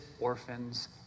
orphans